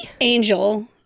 Angel